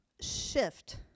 shift